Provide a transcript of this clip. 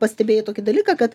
pastebėjai tokį dalyką kad